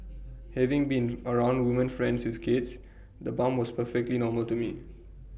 having been around woman friends with kids the bump was perfectly normal to me